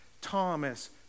Thomas